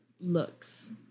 looks